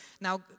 now